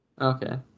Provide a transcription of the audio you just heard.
Okay